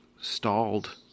stalled